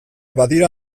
badira